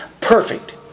perfect